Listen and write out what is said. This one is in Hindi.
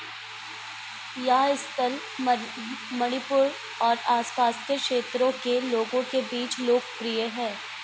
यह स्थल मणिपुर और आस पास के क्षेत्रों के लोगों के बीच लोकप्रिय है